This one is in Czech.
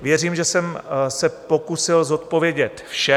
Věřím, že jsem se pokusil zodpovědět vše.